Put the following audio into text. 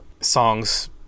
songs